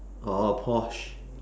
orh porsche